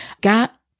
got